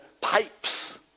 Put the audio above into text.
pipes